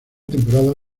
temporada